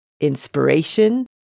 Inspiration